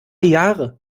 jahre